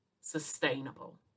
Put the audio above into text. sustainable